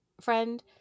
friend